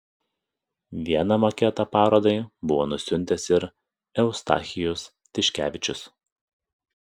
vieną maketą parodai buvo nusiuntęs ir eustachijus tiškevičius